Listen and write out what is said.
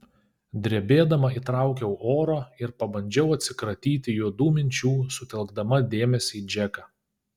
drebėdama įtraukiau oro ir pabandžiau atsikratyti juodų minčių sutelkdama dėmesį į džeką